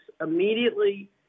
immediately